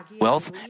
wealth